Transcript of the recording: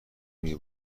میگه